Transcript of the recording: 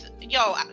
yo